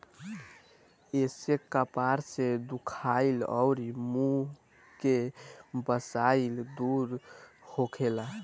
एसे कपार के दुखाइल अउरी मुंह के बसाइल दूर होखेला